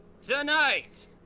Tonight